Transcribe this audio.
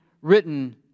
written